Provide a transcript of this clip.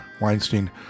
Weinstein